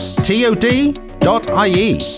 TOD.IE